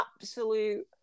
absolute